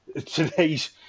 today's